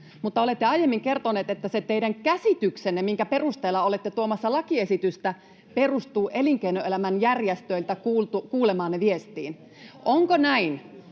mutta olette aiemmin kertonut, että se teidän käsityksenne, minkä perusteella olette tuomassa lakiesitystä, perustuu elinkeinoelämän järjestöiltä kuulemaanne viestiin. Onko näin,